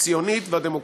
הציונית והדמוקרטית.